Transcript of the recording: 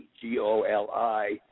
G-O-L-I